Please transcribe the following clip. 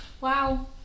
Wow